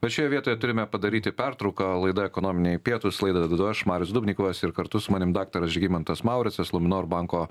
bet šioje vietoje turime padaryti pertrauką laida ekonominiai pietūs laidą vedu aš marius dubnikovas ir kartu su manimi daktaras žygimantas mauricas luminor banko